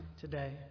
today